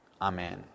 Amen